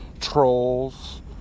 trolls